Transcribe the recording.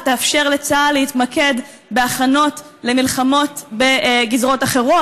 ותאפשר לצה"ל להתמקד בהכנות למלחמות בגזרות אחרות,